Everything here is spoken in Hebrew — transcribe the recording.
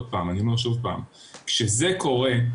אני אומר שוב פעם, כשזה קורה,